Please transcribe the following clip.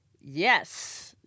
Yes